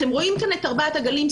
אתם רואים כאן את ארבעת הגלים.